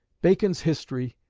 bacon's history,